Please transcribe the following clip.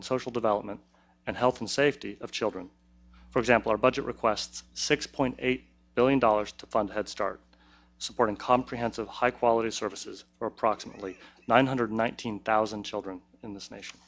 and social development and health and safety of children for example our budget requests six point eight billion dollars to fund head start support and comprehensive high quality services for approximately nine hundred nineteen thousand children in this nation